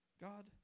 God